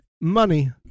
Money